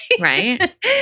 Right